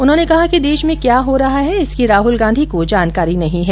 उन्होंने कहा कि देश में क्या हो रहा है इसकी राहल गांधी को जानकारी नहीं है